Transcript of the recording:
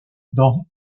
dans